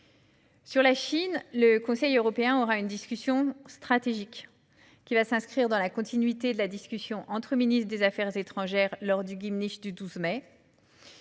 la Chine, le Conseil européen sera l'occasion d'une discussion stratégique, qui s'inscrira dans la continuité de la discussion entre ministres des affaires étrangères tenue lors du Gymnich du 12 mai